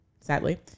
sadly